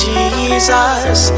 Jesus